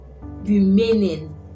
remaining